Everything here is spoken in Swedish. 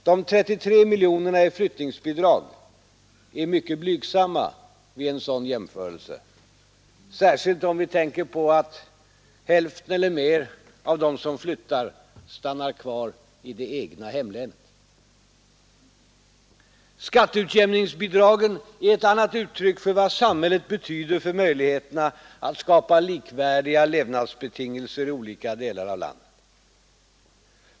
De 33 miljonerna i flyttningsbidrag är mycket blygsamma vid en sådan jämförelse, särskilt om vi tänker på att hälften eller fler av dem som flyttar stannar kvar i hemlänet. Skatteutjämningsbidragen är ett annat uttryck för vad samhället betyder för möjligheterna att skapa likvärdiga levnadsbetingelser i olika delar av landet.